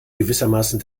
gewissermaßen